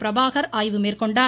பிரபாகர் ஆய்வு மேற்கொண்டார்